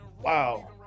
wow